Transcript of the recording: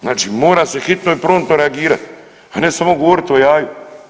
Znači mora se hitno i promptno reagirati, a ne samo govorit o jaju.